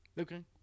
Okay